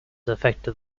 affected